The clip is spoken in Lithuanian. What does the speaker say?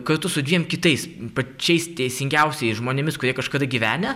kartu su dviem kitais pačiais teisingiausiais žmonėmis kurie kažkada gyvenę